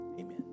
amen